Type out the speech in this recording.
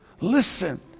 Listen